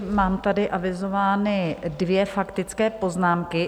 Mám tady avizovány dvě faktické poznámky.